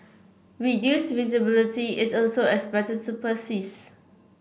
reduced visibility is also expected to persist